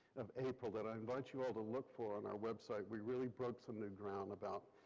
um april that i invite you all to look for in our website. we really broke some new ground about.